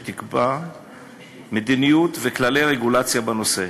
שתקבע מדיניות וכללי רגולציה בנושא.